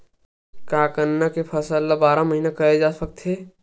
का गन्ना के फसल ल बारह महीन करे जा सकथे?